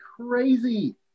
crazy